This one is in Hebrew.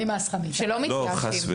לא נמאס לך מאיתנו.